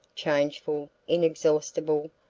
changeful, inexhaustible,